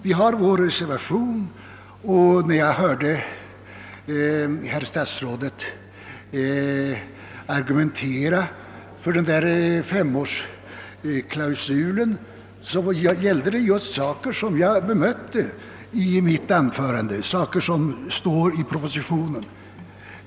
Vi har avgivit en reservation till utskottets utlåtande, och när jag hörde statsrådet argumentera för femårsklausulen var argumenten faktiskt desamma som jag bemötte i mitt anförande, när jag talade för reservationen.